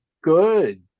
good